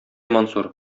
мансур